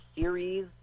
series